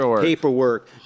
Paperwork